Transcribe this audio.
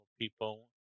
people